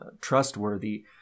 trustworthy